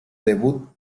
debut